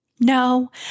No